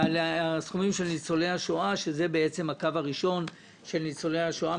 זה בעצם הקו הראשון של ניצולי השואה,